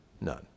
None